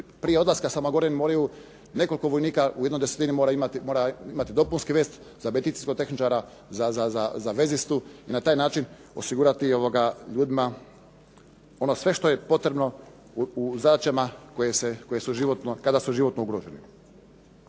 prije odlaska, samo govorim, moraju nekoliko vojnika u jednoj desetini mora imati dopunski …/Govornik se ne razumije./…, za medicinskog tehničara, za vezistu i na taj način osigurati ljudima ono sve što je potrebno u zadaćama koje životno, kada su životno ugroženi.